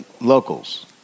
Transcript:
locals